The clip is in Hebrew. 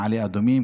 מעלה אדומים,